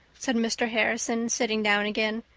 said mr. harrison, sitting down again.